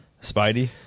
Spidey